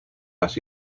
las